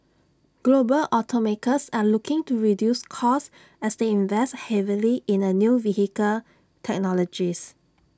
global automakers are looking to reduce costs as they invest heavily in new vehicle technologies